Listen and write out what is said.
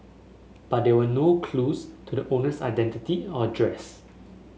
but there were no clues to the owner's identity or address